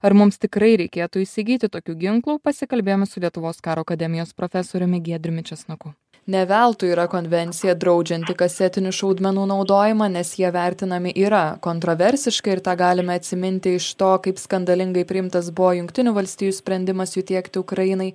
ar mums tikrai reikėtų įsigyti tokių ginklų pasikalbėjome su lietuvos karo akademijos profesoriumi giedriumi česnaku ne veltui yra konvencija draudžianti kasetinių šaudmenų naudojimą nes jie vertinami yra kontroversiškai ir tą galime atsiminti iš to kaip skandalingai priimtas buvo jungtinių valstijų sprendimas jų tiekti ukrainai